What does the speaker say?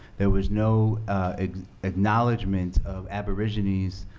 there was no acknowledgement of aborigines,